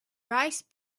rice